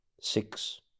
six